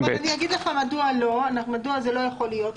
אני אגיד לך מדוע זה לא יכול להיות.